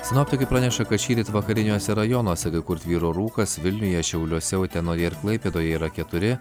sinoptikai praneša kad šįryt vakariniuose rajonuose kai kur tvyro rūkas vilniuje šiauliuose utenoje ir klaipėdoje yra keturi